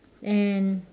and